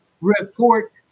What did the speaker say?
report